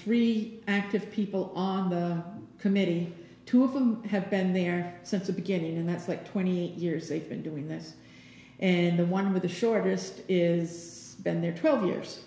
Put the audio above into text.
three active people on the committee two of them have been there since the beginning and that's like twenty eight years they've been doing this and the one with the shortest is been there twelve years